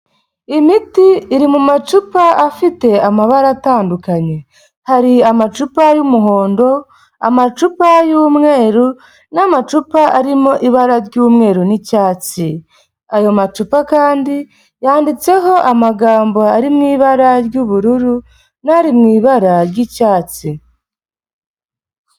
Imiti iri mu macupa afite amabara atandukanye hari amacupa y'umuhondo, amacupa y'umweru, n'amacupa arimo ibara ry'umweru n'icyatsi. Ayo macupa kandi yanditseho amagambo ari mu ibara ry'ubururu mu ibara ry'icyatsi.